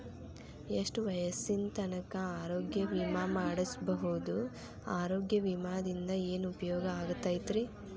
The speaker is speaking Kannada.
ಎಷ್ಟ ವಯಸ್ಸಿನ ತನಕ ಆರೋಗ್ಯ ವಿಮಾ ಮಾಡಸಬಹುದು ಆರೋಗ್ಯ ವಿಮಾದಿಂದ ಏನು ಉಪಯೋಗ ಆಗತೈತ್ರಿ?